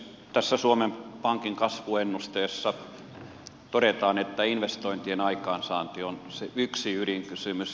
tässä suomen pankin kasvuennusteessa todetaan että investointien aikaansaanti on se yksi ydinkysymys